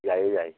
ꯌꯥꯏꯌꯦ ꯌꯥꯏꯌꯦ